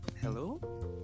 Hello